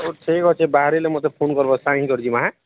ହଉ ଠିକ୍ ଅଛି ବାହାରିଲେ ମୋତେ ଫୋନ୍ କରିବ ସାଇନ୍ କରିି ଯିବା ହଁ